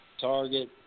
Target